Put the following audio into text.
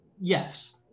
Yes